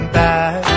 back